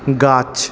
গাছ